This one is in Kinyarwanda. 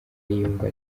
yiyumva